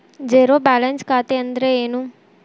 Zero balance ಖಾತೆ ಅಂದ್ರೆ ಏನು?